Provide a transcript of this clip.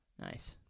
Nice